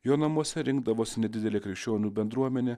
jo namuose rinkdavosi nedidelė krikščionių bendruomenė